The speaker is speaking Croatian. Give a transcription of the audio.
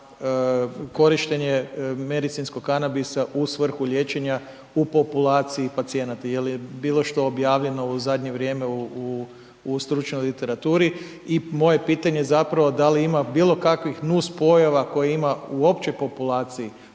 za korištenje medicinskog kanabisa u svrhu liječenja u populaciji pacijenata, jel je bilo što objavljeno u zadnje vrijeme u stručnoj literaturi i moje je pitanje zapravo da li ima bilo kakvih nus pojava koje ima u općoj populaciji po pitanju